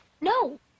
No